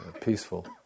peaceful